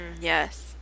Yes